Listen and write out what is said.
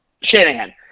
Shanahan